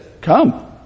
come